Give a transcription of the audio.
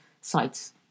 sites